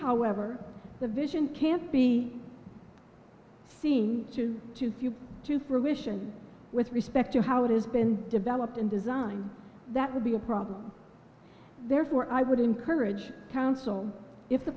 however the vision can't be seen to fruition with respect to how it has been developed and designed that would be a problem therefore i would encourage counsel if the